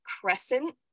crescent